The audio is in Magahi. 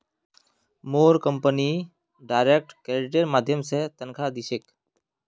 मोर कंपनी डायरेक्ट क्रेडिटेर माध्यम स तनख़ा दी छेक